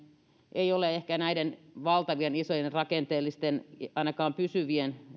ei ole näiden valtavien isojen rakenteellisten ainakaan pysyvien